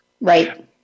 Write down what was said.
Right